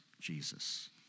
Jesus